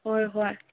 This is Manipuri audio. ꯍꯣꯏ ꯍꯣꯏ